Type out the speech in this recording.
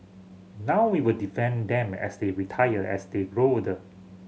now we will defend them as they retire as they grow old